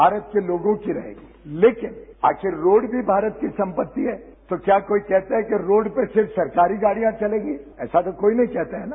भारत के लोगों की रहेगी लेकिन आखिर रोड़ भी भारत की संपत्ति है तो क्या कोई कहता है कि रोड़ पे सिर्फ सरकारी गाडियां चलेगी ऐसा तो कोई नहीं कहता हैं न